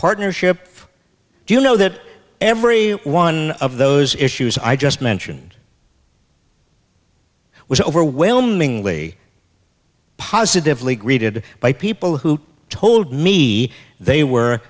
partnership you know that every one of those issues i just mentioned was overwhelmingly positively greeted by people who told me they were